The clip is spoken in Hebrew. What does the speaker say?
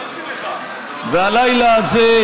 והלילה הזה,